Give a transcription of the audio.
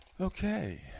Okay